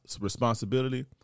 responsibility